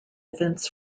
events